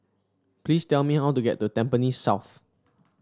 please tell me how to get to Tampines South